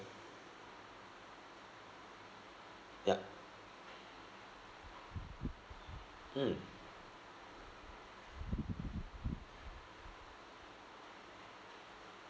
ya mm